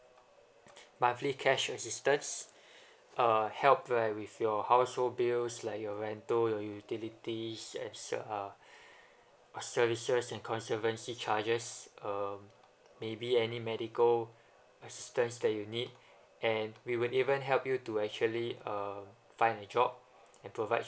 monthly cash assistance uh help right with your household bills like your rental your utilities and uh services and conservancy charges um maybe any medical assistance that you need and we would even help you to actually uh find a job and provide